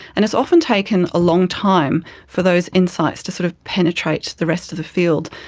and has often taken a long time for those insights to sort of penetrate the rest of the field.